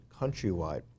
Countrywide